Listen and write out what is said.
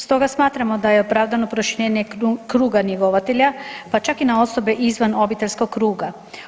Stoga smatramo da je opravdano proširenje kruga njegovatelja pa čak i na osobe izvan obiteljskog kruga.